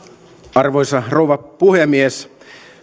arvoisa rouva puhemies